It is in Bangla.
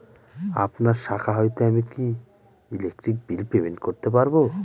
আপনার শাখা হইতে আমি কি ইলেকট্রিক বিল পেমেন্ট করতে পারব?